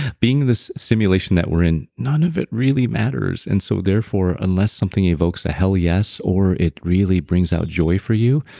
being this simulation that we're in, none of it really matters and so therefore, unless something evokes a hell yes or it really brings out joy for you,